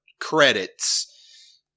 credits